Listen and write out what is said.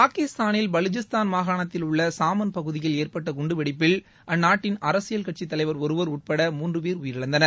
பாகிஸ்தானில் பலுஜிஸ்தான் மாகாணத்தில் உள்ள சாமன் பகுதியில் ஏற்பட்ட குண்டுவெடிப்பில் அந்நாட்டின் அரசியல் கட்சி தலைவர் ஒருவர் உட்பட மூன்று பேர் உயிரிழந்தனர்